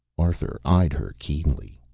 arthur eyed her keenly.